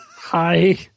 Hi